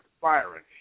firing